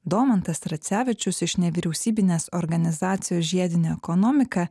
domantas tracevičius iš nevyriausybinės organizacijos žiedinė ekonomika